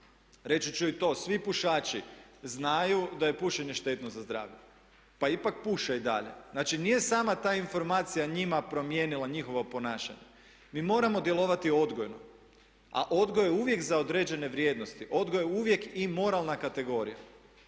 Reći ću i to svi pušači znaju da je pušenje štetno za zdravlje pa ipak puše i dalje. Znači, nije sama ta informacija njima promijenila njihovo ponašanje. Mi moramo djelovati odgojno, a odgoj je uvijek za određene vrijednosti, odgoj je uvijek i moralna kategorija.